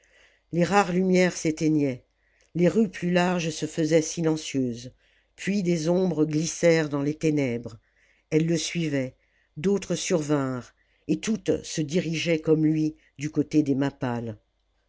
les rares lumières s'éteignaient les rues plus larges se faisaient silencieuses puis des ombres glissèrent dans les ténèbres elles le suivaient d autres survinrent et toutes se dirigeaient comme lui du côté des mappales